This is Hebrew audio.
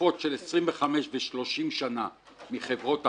לתקופות של 25 ו-30 שנה מחברות הביטוח,